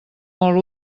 molt